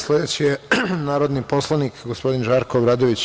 Sledeći je narodni poslanik gospodin Žarko Obradović.